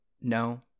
no